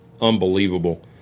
unbelievable